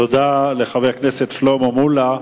תודה לחבר הכנסת שלמה מולה.